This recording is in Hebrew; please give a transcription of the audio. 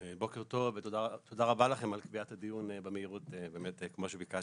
בוקר טוב ותודה רבה לכם על קביעת הדיון במהירות באמת כמו שביקשנו.